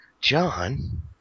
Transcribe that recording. John